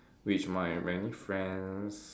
which my many friends